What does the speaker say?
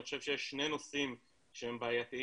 אני חושב שיש שני נושאים שהם בעייתיים